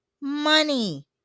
money